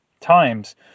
times